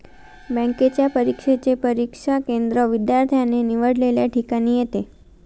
बँकेच्या परीक्षेचे परीक्षा केंद्र विद्यार्थ्याने निवडलेल्या ठिकाणी येते